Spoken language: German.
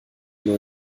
nur